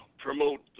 promote